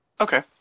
Okay